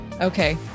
Okay